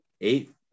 Eight